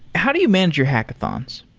how do you manage your hackathons?